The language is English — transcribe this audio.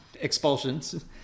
expulsions